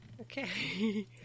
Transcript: okay